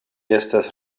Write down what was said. estas